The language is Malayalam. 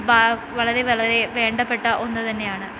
വളരെ വളരെ വേണ്ടപ്പെട്ട ഒന്നു തന്നെയാണ്